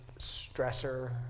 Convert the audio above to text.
stressor